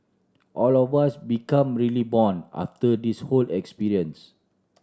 all of us become really bond after this whole experience